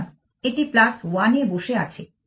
সুতরাং এটি 1 এ বসে আছে